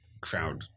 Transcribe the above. crowd